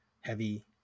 heavy